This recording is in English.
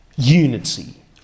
Unity